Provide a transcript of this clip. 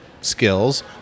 skills